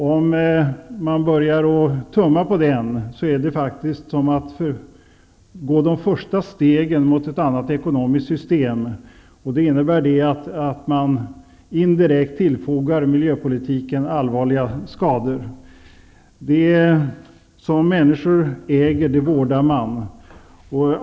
Om man börjar tumma på den rätten är det faktiskt samma sak som att ta de första stegen mot ett annat ekonomiskt system. Det innebär att miljöpolitiken indirekt tillfogas allvarliga skador. Det som människor äger, det vårdas.